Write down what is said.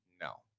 no